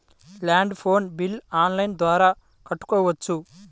Land phone bill online ద్వారా కట్టుకోవచ్చు?